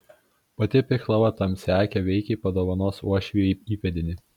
pati pihlava tamsiaakė veikiai padovanos uošvijai įpėdinį